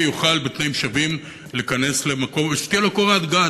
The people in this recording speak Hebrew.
יוכל בתנאים שווים להיכנס למקום ושתהיה לו קורת גג,